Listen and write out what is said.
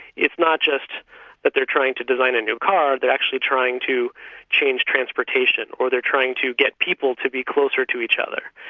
it's not just that they're trying to design a new car, they're actually trying to change transportation, or they're trying to get people to be closer to each other.